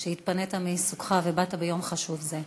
על שהתפנית מעיסוקך ובאת ביום חשוב זה.